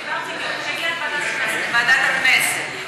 יגיע לוועדת הכנסת,